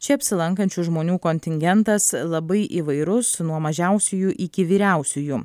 čia apsilankančių žmonių kontingentas labai įvairus nuo mažiausiųjų iki vyriausiųjų